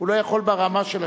הוא לא יכול ברמה של השעון.